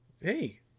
hey